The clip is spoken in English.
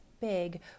big